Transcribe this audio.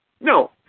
No